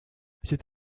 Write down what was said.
c’est